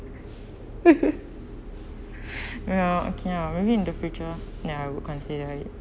ya okay lah maybe in the future ya I would consider it